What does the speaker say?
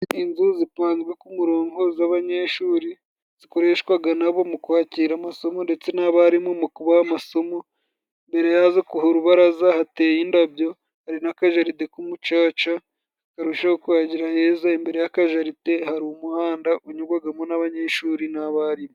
Inzu zipanzwe ku murongo z'abanyeshuri zikoreshwaga nabo mu kwakira amasomo ndetse n'abarimu mu kubaha amasomo imbere yazo ku rubaraza hateye indabyo hari n'akajaride k'umucaca karushaho kuhagira heza imbere y'akajaride hari umuhanda unyurwagamo n'abanyeshuri n'abarimu.